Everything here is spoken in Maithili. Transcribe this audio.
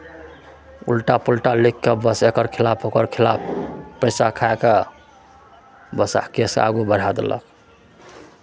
उलटा पुलटा लिखि कऽ बस एकर खिलाफ ओकर खिलाफ पैसा खाए कऽ बस केस आगू बढ़ाए देलक